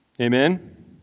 Amen